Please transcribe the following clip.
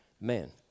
man